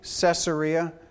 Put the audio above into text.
Caesarea